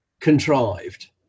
contrived